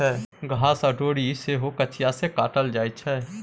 घास आ डोरी सेहो कचिया सँ काटल जाइ छै